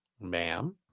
ma'am